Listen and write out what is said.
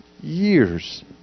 years